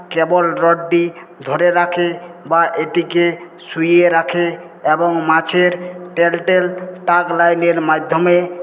কেবল রডটি ধরে রাখে বা এটিকে শুইয়ে রাখে এবং মাছের টেলটেল ট্যাগলাইনের মাধ্যমে